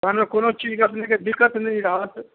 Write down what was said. कहलहुँ कोनो चीजके अपनेके दिक्कत नहि रहत